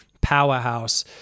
powerhouse